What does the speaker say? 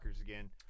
again